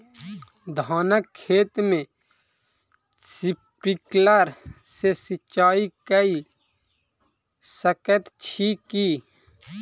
धानक खेत मे स्प्रिंकलर सँ सिंचाईं कऽ सकैत छी की?